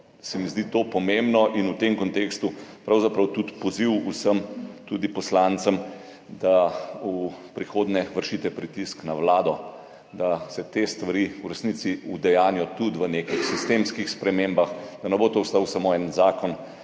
zdi to pomembno in v tem kontekstu pravzaprav tudi poziv vsem, tudi poslancem, da v prihodnje vršite pritisk na vlado, da se te stvari v resnici udejanjijo tudi v nekih sistemskih spremembah, da ne bo to ostal samo en zakon,